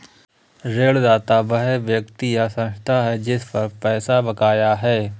ऋणदाता वह व्यक्ति या संस्था है जिस पर पैसा बकाया है